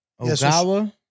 Ogawa